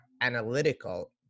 analytical